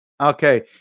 Okay